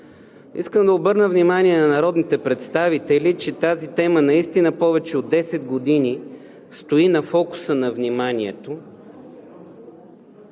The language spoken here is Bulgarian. Искам да обърна внимание на народните представители, че тази тема повече от 10 години стои във фокуса на вниманието